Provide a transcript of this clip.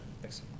thanks